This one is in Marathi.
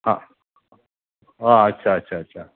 हां अच्छा अच्छा अच्छा